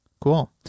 Cool